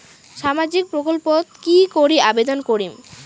সামাজিক প্রকল্পত কি করি আবেদন করিম?